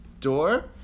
door